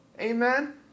Amen